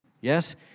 Yes